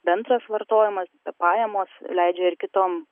bendras vartojimas pajamos leidžia ir kitom